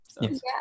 yes